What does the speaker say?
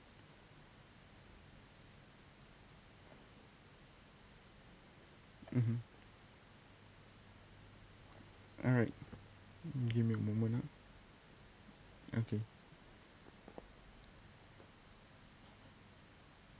mmhmm alright give me a moment ah okay